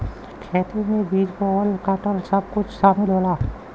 खेती में बीज बोवल काटल सब कुछ सामिल होला